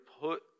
put